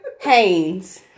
Haynes